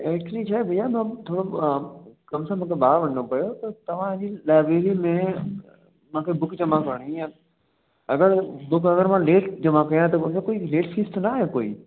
actually छा आहे भईया मां थोरो कम सां मूंखे ॿाहिरि वञिणो पियो त तव्हांजी लाएब्ररी में मूंखे बुक जमा कराइणी हुई अगरि बुक अगरि मां लेट जमा कयां त उनते कोई लेट फ़ीस त न आहे कोई